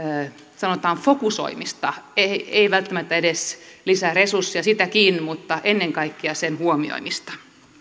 sanotaan fokusoimista ei välttämättä edes lisää resursseja sitäkin mutta ennen kaikkea sen huomioimista